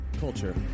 culture